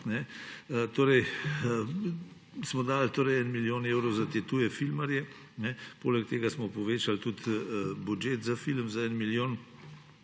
Torej smo dali en milijon evrov za te tuje filmarje. Poleg tega smo povečali tudi budžet za film za en milijon